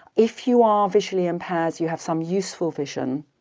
if you are visually impaired, you have some useful vision,